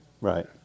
right